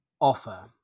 offer